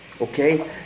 Okay